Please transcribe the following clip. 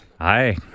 Hi